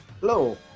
Hello